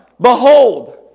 behold